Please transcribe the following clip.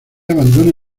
abandone